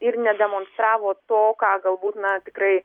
ir nedemonstravo to ką galbūt na tikrai